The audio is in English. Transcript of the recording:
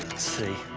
see.